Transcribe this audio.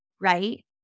right